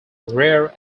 rear